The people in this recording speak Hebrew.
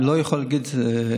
אני לא יכול להגיד הכול,